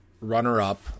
runner-up